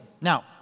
Now